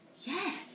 yes